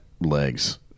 legs